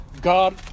God